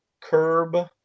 Curb